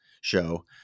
show